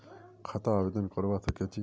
खाता आवेदन करवा संकोची?